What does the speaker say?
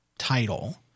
title